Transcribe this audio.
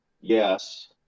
yes